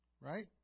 Right